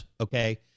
okay